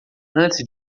antes